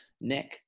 Nick